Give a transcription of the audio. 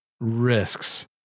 risks